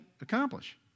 accomplish